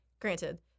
granted